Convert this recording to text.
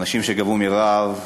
אנשים שגוועו ברעב,